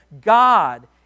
God